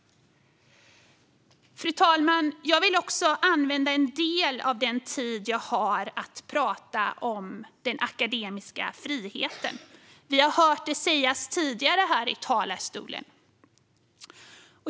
Fru talman! Jag vill också använda en del av min talartid till att tala om den akademiska friheten. Vi har hört det sägas tidigare här i talarstolen.